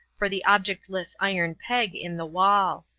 for the objectless iron peg in the wall.